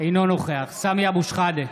אינו נוכח סמי אבו שחאדה,